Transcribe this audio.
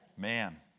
Man